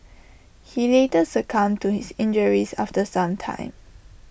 he later succumbed to his injuries after some time